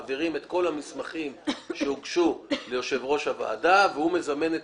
מעבירים את כל המסמכים שהוגשו ליושב ראש הוועדה והוא מזמן את